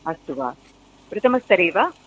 अस्तु वा प्रथमस्तरे वा